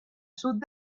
sud